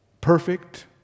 perfect